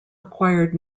acquired